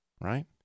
right